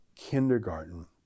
Kindergarten